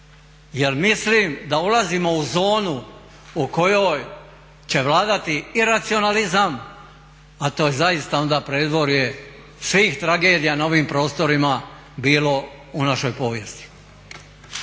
jer mislim da ulazimo u zonu u kojoj će vladati i racionalizam a to je zaista onda predvorje svih tragedija na ovim prostorima bilo u našoj povijesti.